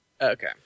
Okay